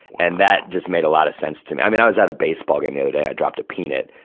and that just made a lot of sense to me i mean, i was at a baseball game the other day and i dropped a peanut.